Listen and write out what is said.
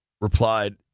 replied